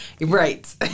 Right